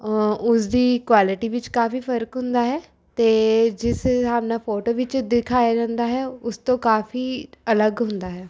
ਉਸਦੀ ਕੁਆਲੀਟੀ ਵਿੱਚ ਕਾਫ਼ੀ ਫ਼ਰਕ ਹੁੰਦਾ ਹੈ ਅਤੇ ਜਿਸ ਹਿਸਾਬ ਨਾਲ ਫੋਟੇ ਵਿੱਚ ਦਿਖਾਇਆ ਜਾਂਦਾ ਹੈ ਉਸ ਤੋਂ ਕਾਫ਼ੀ ਅਲੱਗ ਹੁੰਦਾ ਹੈ